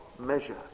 measure